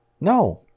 No